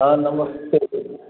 हँ नमस्ते